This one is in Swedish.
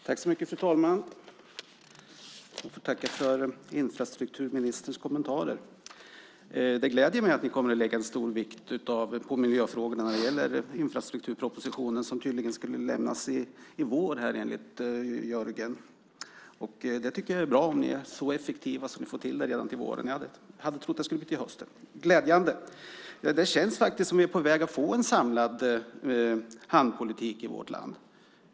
Fru talman! Jag får tacka för infrastrukturministerns kommentarer. Det gläder mig att stor vikt kommer att läggas på miljöfrågorna när det gäller infrastrukturpropositionen, som tydligen ska lämnas i vår enligt Jörgen. Jag tycker att det är bra om ni är så effektiva att ni får till det redan till våren. Jag hade trott att det skulle bli till hösten. Det är glädjande! Det känns faktiskt som om vi är på väg att få en samlad hamnpolitik i vårt land.